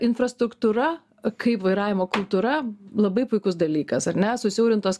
infrastruktūra kaip vairavimo kultūra labai puikus dalykas ar ne susiaurintos